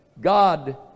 god